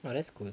oh that's cool